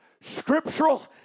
scriptural